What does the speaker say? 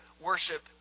worship